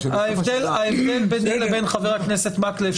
ההבדל ביני לבין חבר הכנסת מקלב,